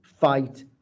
fight